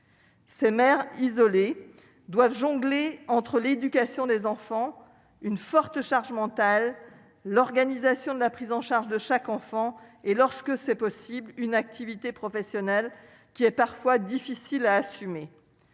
ces mères isolées doivent jongler entre l'éducation des enfants, une forte charge mentale, l'organisation de la prise en charge de chaque enfant et lorsque c'est possible, une activité professionnelle qui est parfois difficile à assumer,